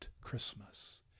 Christmas